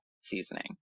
seasoning